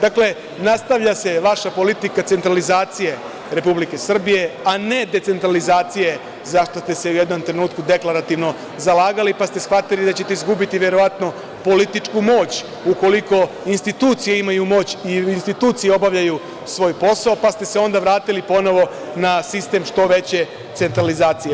Dakle, nastavlja se vaša politika centralizacije Republike Srbije, a ne decentralizacije zašta ste se u jednom trenutku deklarativno zalagali, pa ste shvatili da ćete izgubiti verovatno političku moć ukoliko institucije imaju moć i institucije obavljaju svoj posao, pa ste se onda vratili ponovo na sistem što veće centralizacije.